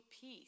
peace